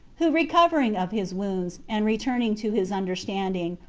who recovering of his wounds, and returning to his understanding,